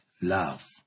love